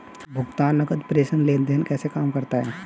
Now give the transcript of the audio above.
भुगतान नकद प्रेषण लेनदेन कैसे काम करता है?